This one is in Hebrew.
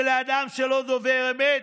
שלאדם שלא דובר אמת,